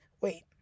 wait